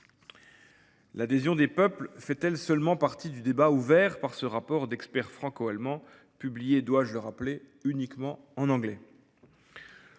L’adhésion des peuples fait-elle seulement partie du débat ouvert par ce rapport d’experts franco-allemands, lequel n’a été publié, dois-je le rappeler, qu’en anglais ?